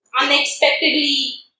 unexpectedly